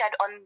on